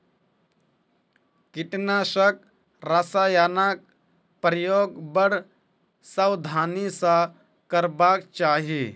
कीटनाशक रसायनक प्रयोग बड़ सावधानी सॅ करबाक चाही